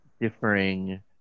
differing